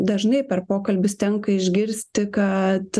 dažnai per pokalbius tenka išgirsti kad